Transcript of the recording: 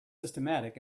systematic